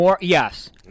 Yes